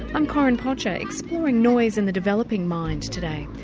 i'm corinne podger, exploring noise in the developing minds today.